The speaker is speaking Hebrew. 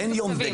אין יום בגין.